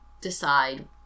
decide